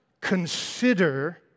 consider